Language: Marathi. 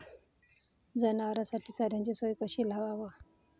जनावराइसाठी चाऱ्याची सोय कशी लावाव?